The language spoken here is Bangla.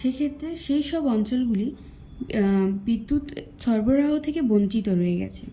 সেক্ষেত্রে সেইসব অঞ্চলগুলি বিদ্যুৎ সরবরাহ থেকে বঞ্চিত রয়ে গেছে